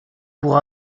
pour